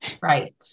Right